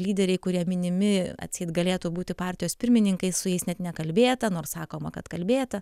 lyderiai kurie minimi atseit galėtų būti partijos pirmininkai su jais net nekalbėta nors sakoma kad kalbėta